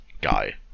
guy